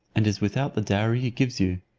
and is without the dowry he gives you.